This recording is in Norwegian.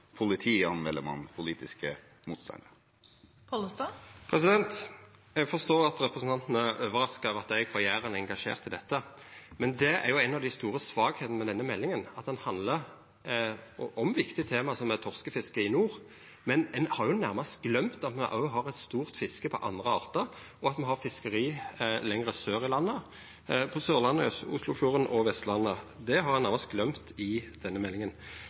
politiske motstandere? Eg forstår at representanten er overraska over at eg frå Jæren er engasjert i dette, men det er jo ei av dei store svakheitene med denne meldinga, at ho handlar om viktige tema, som torskefiske i nord, men ein har nærmast gløymt at me òg har eit stort fiske på andre artar, og at me har fiskeri lenger sør i landet – på Sørlandet, i Oslofjorden og på Vestlandet. Det har ein nærmast gløymt i denne meldinga.